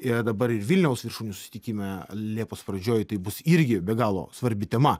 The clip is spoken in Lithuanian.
ir dabar ir vilniaus viršūnių susitikime liepos pradžioj tai bus irgi be galo svarbi tema